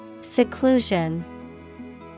Seclusion